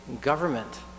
government